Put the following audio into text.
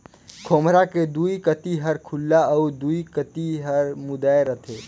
खोम्हरा के दुई कती हर खुल्ला अउ दुई कती हर मुदाए रहथे